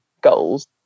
goals